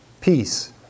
Peace